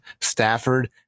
Stafford